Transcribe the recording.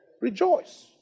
Rejoice